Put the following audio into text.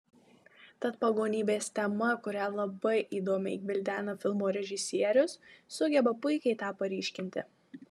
tad pagonybės tema kurią labai įdomiai gvildena filmo režisierius sugeba puikiai tą paryškinti